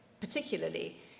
particularly